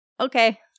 okay